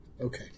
Okay